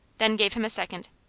then gave him a second.